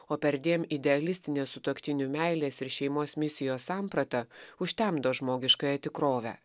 o perdėm idealistinė sutuoktinių meilės ir šeimos misijos samprata užtemdo žmogiškąją tikrovę